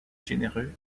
généreux